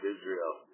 Israel